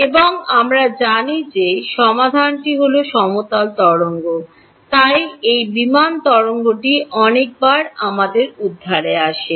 এবং আমরা জানি যে সমাধানটি হল সমতল তরঙ্গ তাই এই বিমান তরঙ্গটি অনেক বার আমাদের উদ্ধারে আসে